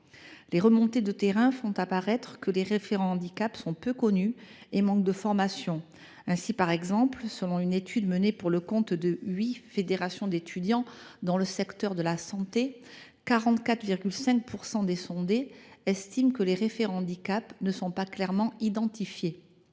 Les remontées de terrain font apparaître que les référents handicap sont peu connus et manquent de formation. Ainsi, selon une étude menée pour le compte des huit fédérations d’étudiants dans le secteur de la santé, 44,5 % des sondés estiment que les référents handicap ne sont pas clairement identifiés,